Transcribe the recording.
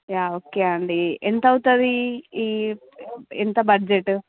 yeah okay అండి ఎంత అవుతుంది ఈ ఎంత బడ్జెటు